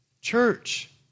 Church